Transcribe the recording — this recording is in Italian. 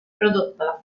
prodotto